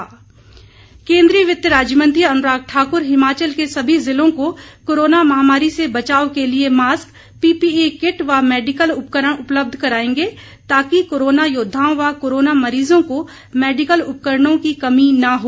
अनुराग ठाकुर केन्द्रीय वित्त राज्य मंत्री अनुराग ठाकुर हिमाचल के सभी ज़िलों को कोरोना महामारी से बचाव के लिए मास्क पीपीई किट व मैडिकल उपकरण उपलब्ध कराएंगे ताकि कोरोना योद्वाओं व कोरोना मरीजों को मैडिकल उपकरणों की कमी न हो